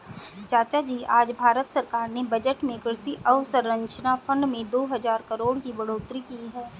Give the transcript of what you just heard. चाचाजी आज भारत सरकार ने बजट में कृषि अवसंरचना फंड में दो हजार करोड़ की बढ़ोतरी की है